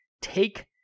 take